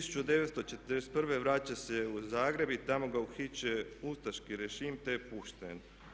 1941. vraća se u Zagreb i tamo ga uhićuje ustaški režim te je pušten.